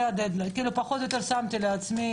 זה המועד האחרון פחות או יותר ששמתי לעצמי.